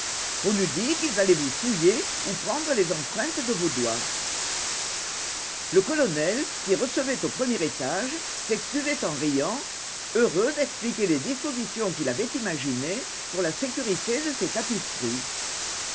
on eût dit qu'ils allaient vous fouiller ou prendre les empreintes de vos doigts le colonel qui recevait au premier étage s'excusait en riant heureux d'expliquer les dispositions qu'il avait imaginées pour la sécurité de ses tapisseries